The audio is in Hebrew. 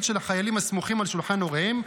של החיילים הסמוכים על שולחן הוריהם.